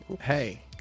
Hey